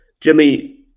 Jimmy